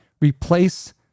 replace